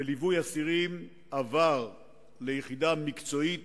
וליווי אסירים עבר ליחידה מקצועית,